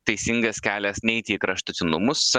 teisingas kelias neiti į kraštutinumus